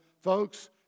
folks